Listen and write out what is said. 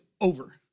over